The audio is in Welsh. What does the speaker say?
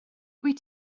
wyt